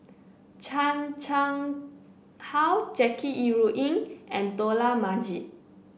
Chan Chang How Jackie Yi Ru Ying and Dollah Majid